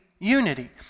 Unity